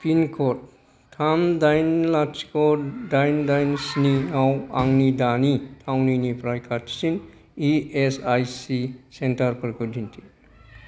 पिनक'ड थाम दाइन लाथिख' दाइन दाइन स्नि आव आंनि दानि थावनिनिफ्राय खाथिसिन इ एस आइ सि सेन्टारफोरखौ दिन्थि